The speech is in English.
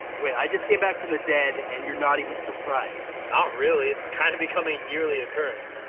wait, i just came back from the dead, and you're not even suprised. not really, it's kinda become a yearly occurence.